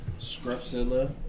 Scruffzilla